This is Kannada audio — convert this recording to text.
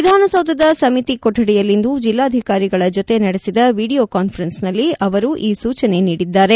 ವಿಧಾನಸೌಧದ ಸಮಿತಿ ಕೊಠಡಿಯಲ್ಲಿಂದು ಜಿಲ್ಲಾಧಿಕಾರಿಗಳ ಜೊತೆ ನಡೆಸಿದ ವೀಡಿಯೋ ಕಾನ್ವರೆನ್ಸ್ ನಲ್ಲಿ ಅವರು ಈ ಸೂಚನೆ ನೀಡಿದ್ದಾರೆ